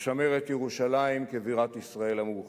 לשמר את ירושלים כבירת ישראל המאוחדת,